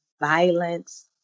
violence